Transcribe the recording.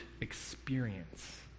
experience